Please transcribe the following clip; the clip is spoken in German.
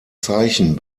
zeichen